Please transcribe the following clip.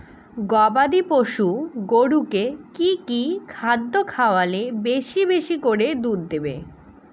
গবাদি পশু গরুকে কী কী খাদ্য খাওয়ালে বেশী বেশী করে দুধ দিবে?